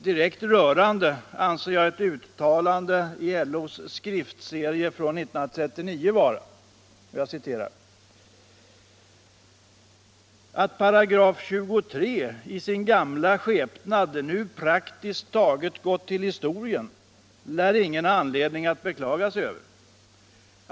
Direkt rörande anser jag ett uttalande i LO:s skriftserie från 1939 vara: ”Att § 23 i sin gamla skepnad nu praktiskt taget gått till historien, lär ingen ha anledning att beklaga sig över.